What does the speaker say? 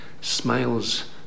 smiles